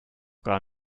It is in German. gar